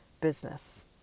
business